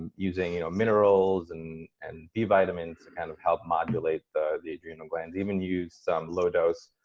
using you know minerals and and b vitamins to kind of help modulate the the adrenal glands, even use some low-dose